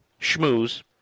schmooze